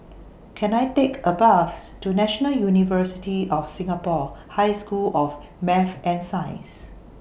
Can I Take A Bus to National University of Singapore High School of Math and Science